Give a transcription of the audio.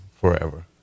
forever